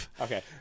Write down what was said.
Okay